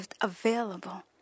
available